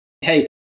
hey